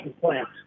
plant